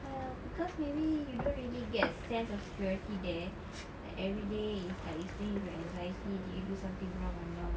well cause maybe you don't really get sense of security there like everyday it's like it's playing with your anxiety did you do something wrong or not